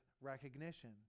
recognition